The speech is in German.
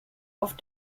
auf